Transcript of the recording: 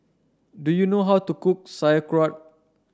do you know how to cook Sauerkraut